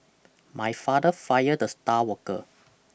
my father fired the star worker